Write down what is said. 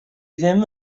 ddim